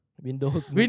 Windows